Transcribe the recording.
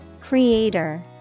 Creator